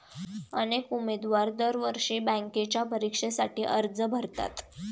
अनेक उमेदवार दरवर्षी बँकेच्या परीक्षेसाठी अर्ज भरतात